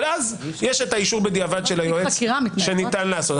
אבל אז יש את האישור בדיעבד של היועץ שניתן לעשות.